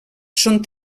són